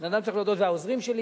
ולעוזרים שלי,